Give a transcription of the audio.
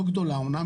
לא גדולה אמנם,